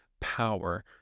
power